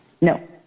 No